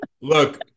look